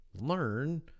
learn